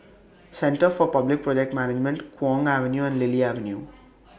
Centre For Public Project Management Kwong Avenue and Lily Avenue